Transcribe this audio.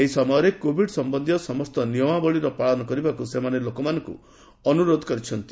ଏହି ସମୟରେ କୋଭିଡ୍ ସମ୍ପନ୍ଧୀୟ ସମସ୍ତ ନିୟମାବଳୀର ପାଳନ କରିବାକୁ ସେମାନେ ଲୋକମାନଙ୍କୁ ଅନୁରୋଧ କରିଛନ୍ତି